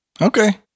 Okay